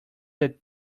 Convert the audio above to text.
that